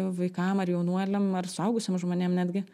vaikam ar jaunuoliam ar suaugusiem žmonėm netgi